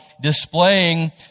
displaying